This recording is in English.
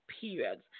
periods